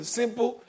simple